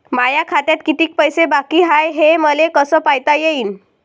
माया खात्यात कितीक पैसे बाकी हाय हे मले कस पायता येईन?